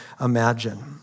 imagine